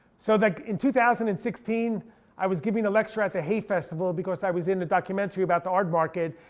so like in two thousand and sixteen i was giving a lecture at the hay festival because i was in the documentary about the art market.